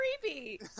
creepy